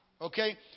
Okay